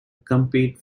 compete